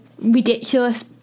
ridiculous